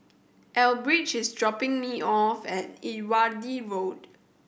Elbridge is dropping me off at Irrawaddy Road